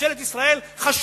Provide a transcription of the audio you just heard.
ממשלת ישראל חשודה,